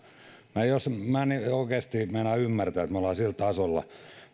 minä en oikeasti meinaa ymmärtää että me olemme sillä tasolla